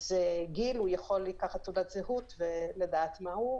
לגבי הגיל הוא יכול לקחת תעודת זהות ולראות מה הגיל.